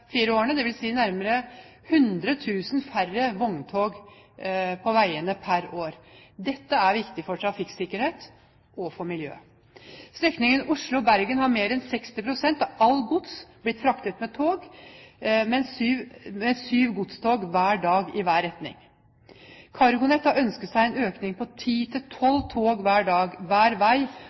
fire år, dvs. nærmere 100 000 færre vogntog på veiene per år. Dette er viktig for trafikksikkerheten og for miljøet. På strekningen Oslo–Bergen har mer enn 60 pst. av alt gods blitt fraktet med tog, syv godstog hver dag i hver retning. CargoNet har ønsket en økning på ti–tolv tog hver dag hver vei,